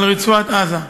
על רצועת-עזה.